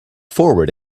forward